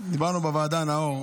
דיברנו בוועדה, נאור,